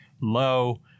low